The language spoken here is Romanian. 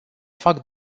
fac